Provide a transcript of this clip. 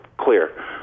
clear